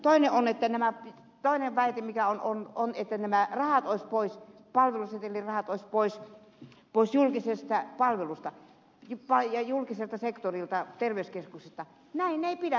toinen väite että nämä päivät ja on koneitten määräajoissa pois palvelusetelirahat olisivat pois julkisesta palvelusta ja julkiselta sektorilta terveyskeskuksilta ei pidä paikkaansa